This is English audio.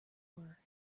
were